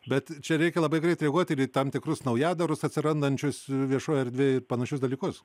bet čia reikia labai greit reaguoti ir į tam tikrus naujadarus atsirandančius viešoj erdvėj ir panašius dalykus